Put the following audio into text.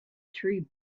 tree